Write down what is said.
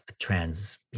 trans